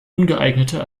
ungeeigneter